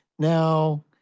Now